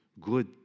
good